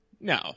No